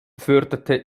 förderte